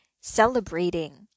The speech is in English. celebrating